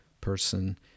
person